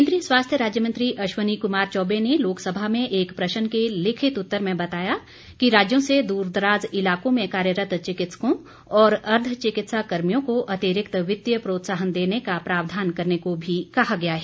केन्द्रीय स्वास्थ्य राज्य मंत्री अश्विनी कुमार चौबे ने लोकसभा में एक प्रश्न के लिखित उत्तर में बताया कि राज्यों से दूर दराज इलाकों में कार्यरत चिकित्सकों और अर्द्व चिकित्सा कर्मियों को अतिरिक्त वित्तीय प्रोत्साहन देने का प्रावधान करने को भी कहा गया है